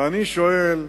ואני שואל,